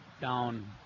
down